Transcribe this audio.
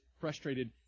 frustrated